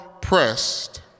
pressed